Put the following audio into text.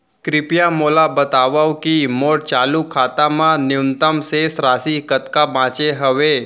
कृपया मोला बतावव की मोर चालू खाता मा न्यूनतम शेष राशि कतका बाचे हवे